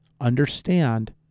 understand